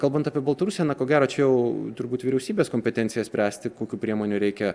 kalbant apie baltarusiją na ko gero čia jau turbūt vyriausybės kompetencija spręsti kokių priemonių reikia